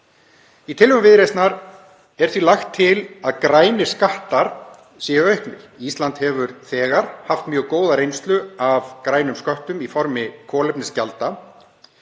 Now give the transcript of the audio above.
Í tillögu Viðreisnar er því lagt til að grænir skattar séu auknir. Ísland hefur þegar haft mjög góða reynslu af grænum sköttum í formi kolefnisgjalda